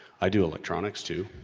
i do electronics too.